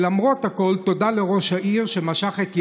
ולמרות הכול, תודה לראש העיר, שמשך את ידו,